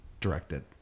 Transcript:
directed